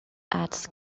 adds